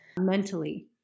Mentally